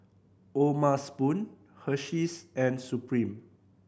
O'ma Spoon Hersheys and Supreme